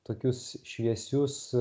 tokius šviesius